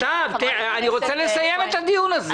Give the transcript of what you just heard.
סתיו, אני רוצה לסיים את הדיון הזה.